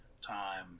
time